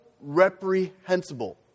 reprehensible